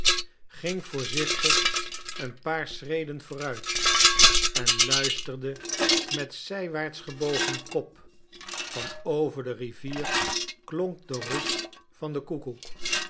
ging voorzichtig een paar schreden vooruit en luisterde met zijwaarts gebogen kop van over de rivier klonk de roep van den koekoek